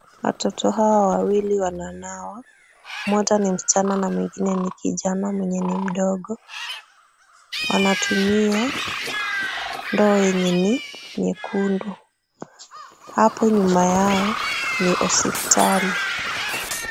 Watoto hao wawili wana nawa, mmoja ni mschana na mwingine ni kijana, mwenye ni mdogo. Wanatumia ndoo yenye ni, nyekundu. Hapo nyuma yao ni hospitali.